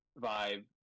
vibe